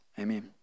Amen